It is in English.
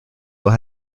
will